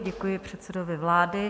Děkuji předsedovi vlády.